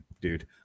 dude